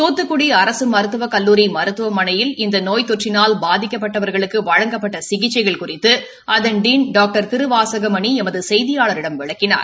துத்துக்குடி அரசு மருத்துவக் கல்லூரி மருத்துவமனையில் இந்த நோய் தொற்றினால் பாதிக்கப்பட்டவர்களுக்கு வழங்கப்பட்ட சிகிச்கைகள் குறித்து அதன் டீன் டாக்டர் திருவாசகமணி எமது செய்தியாளரிடம் விளக்கினார்